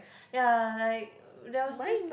ya like there was this